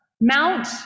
Mount